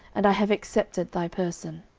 and have accepted thy person.